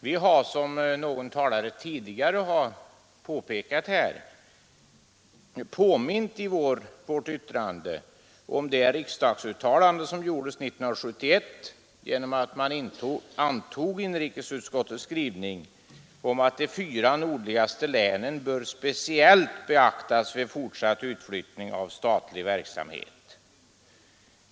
Vi har, som någon talare tidigare har påpekat, i vårt yttrande påmint om det riksdagsuttalande som gjordes 1971, då riksdagen antog inrikesutskottets skrivning om att de fyra nordligaste länen speciellt bör beaktas vid fortsatt utflyttning av statlig verksamhet.